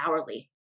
hourly